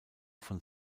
von